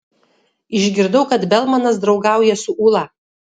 išgirdau kad belmanas draugauja su ūla